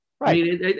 Right